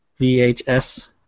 VHS